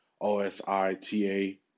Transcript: O-S-I-T-A